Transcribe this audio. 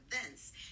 events